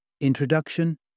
Introduction